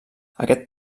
aquest